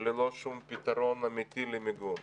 ללא שום פתרון אמיתי למיגון,